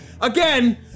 again